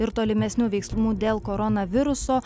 ir tolimesnių veiksmų dėl koronaviruso